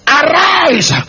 arise